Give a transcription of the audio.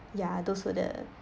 ya those were the